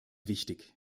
wichtig